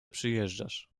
przyjeżdżasz